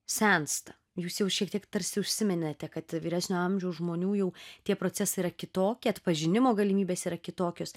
sensta jūs jau šiek tiek tarsi užsiminėte kad vyresnio amžiaus žmonių jau tie procesai yra kitokie atpažinimo galimybės yra kitokios